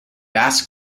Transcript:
bass